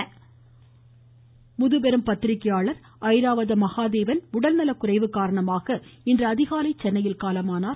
ஐராவதம் மகாதேவன் முதுபெரும் பத்திரிக்கையாளர் ஐராவதம் மகாதேவன் உடல் நலக்குறைவு காரணமாக இன்று அதிகாலை சென்னையில் காலமானார்